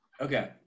Okay